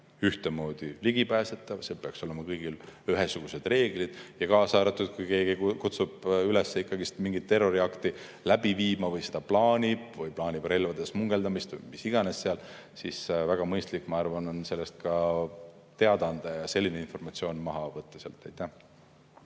ühtemoodi ligipääsetavad, seal peaks olema kõigil ühesugused reeglid, kaasa arvatud see, et kui keegi kutsub üles ikkagi mingit terroriakti läbi viima ja seda plaanib või plaanib relvade smugeldamist või mida iganes, siis väga mõistlik on sellest teada anda ja selline informatsioon sealt maha võtta.